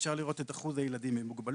אפשר לראות את אחוז הילדים עם מוגבלות.